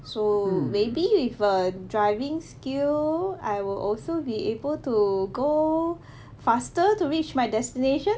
so maybe with a driving skill I will also be able to go faster to reach my destination